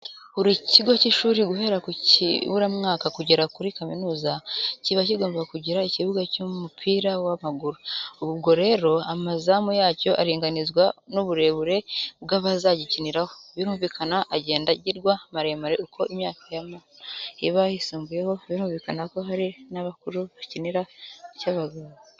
Buri kigo cy'ishuri, guhera ku y'ikiburamwaka kugera kuri kaminuza, kiba kigomba kugira ikibuga cy'umupira w'amaguru. Ubwo rero amazamu yacyo aringanizwa n'uburebure bw'abazagikiniraho, birumvikana agenda agirwa maremare uko imyaka y'abana iba yisumbuyeho, birumvikana ko hari n'abakuru bakinira ku cy'abagabo.